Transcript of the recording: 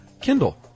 Kindle